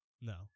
No